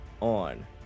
on